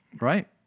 right